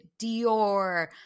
Dior